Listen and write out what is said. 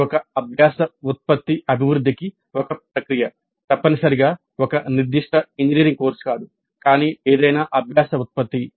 ఇది ఒక అభ్యాస ఉత్పత్తి అభివృద్ధికి ఒక ప్రక్రియ తప్పనిసరిగా ఒక నిర్దిష్ట ఇంజనీరింగ్ కోర్సు కాదు కానీ ఏదైనా అభ్యాస ఉత్పత్తి